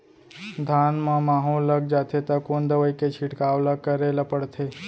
धान म माहो लग जाथे त कोन दवई के छिड़काव ल करे ल पड़थे?